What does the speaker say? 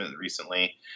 recently